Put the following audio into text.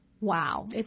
Wow